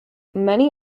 many